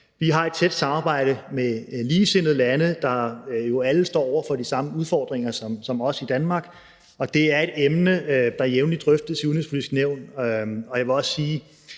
Vi har et tæt samarbejde med ligesindede lande, der jo alle står over for de samme udfordringer som os i Danmark. Det er også et emne, der jævnligt drøftes i Det Udenrigspolitiske Nævn. Jeg vil også sige,